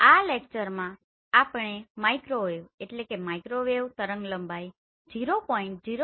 આ લેક્ચરમાં આપણે માઇક્રોવેવMicrowave તરંગલંબાઈ ૦